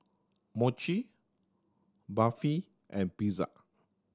Mochi Barfi and Pizza